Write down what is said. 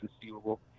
conceivable